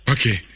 Okay